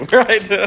right